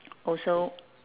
also